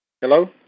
Hello